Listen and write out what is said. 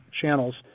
channels